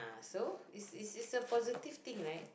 so is is is a positive thing right